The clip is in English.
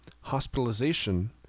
hospitalization